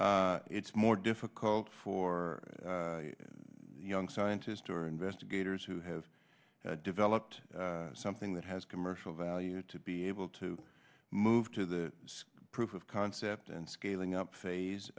climate it's more difficult for young scientist or investigators who have developed something that has commercial value to be able to move to the proof of concept and scaling up phase